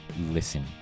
listen